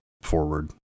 forward